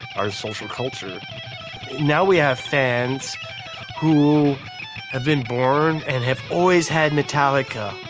our social culture. now we have fans who have been born and have always had metallica.